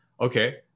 okay